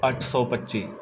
ਅੱਠ ਸੌ ਪੱਚੀ